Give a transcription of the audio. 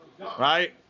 right